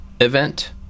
event